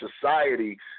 Society